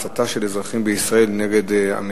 הצעה מס' 5068: ההסתה של אזרחים בישראל נגד המדינה,